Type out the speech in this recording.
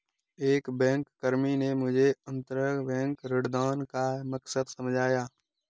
एक बैंककर्मी ने मुझे अंतरबैंक ऋणदान का मकसद समझाया